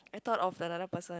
I thought of another person